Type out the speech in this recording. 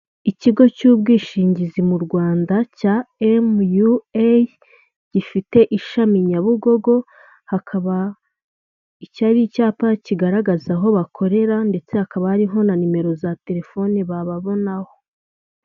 Ikigo cy'ubwishingizi mu Rwanda cya emuyueyi, gifite ishami Nyabugogo, hakaba iki ari icyapa kigaragaza aho bakorera ndetse hakaba hariho na nimero za telefoni bababonaho.